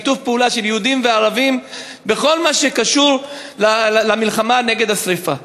שיתוף פעולה של יהודים וערבים בכל מה שקשור למלחמה נגד השרפה.